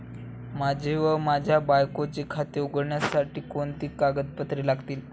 माझे व माझ्या बायकोचे खाते उघडण्यासाठी कोणती कागदपत्रे लागतील?